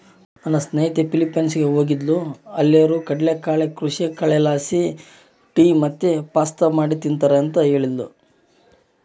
ನನ್ನ ಸ್ನೇಹಿತೆ ಫಿಲಿಪೈನ್ಸ್ ಹೋಗಿದ್ದ್ಲು ಅಲ್ಲೇರು ಕಡಲಕಳೆ ಕೃಷಿಯ ಕಳೆಲಾಸಿ ಟೀ ಮತ್ತೆ ಪಾಸ್ತಾ ಮಾಡಿ ತಿಂಬ್ತಾರ ಅಂತ ಹೇಳ್ತದ್ಲು